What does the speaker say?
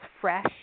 fresh